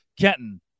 Kenton